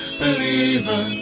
believer